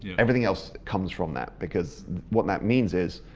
everything else comes from that, because what that means is